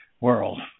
world